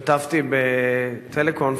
השתתפתי ב-teleconference,